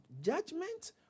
Judgment